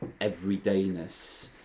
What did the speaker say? everydayness